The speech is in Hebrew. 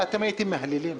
ואתם הייתם מהנהנים.